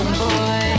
boy